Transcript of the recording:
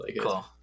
Cool